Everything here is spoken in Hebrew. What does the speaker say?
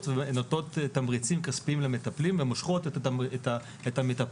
ונותנות תמריצים כספיים למטפלים ומושכות את המטפלים,